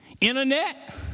Internet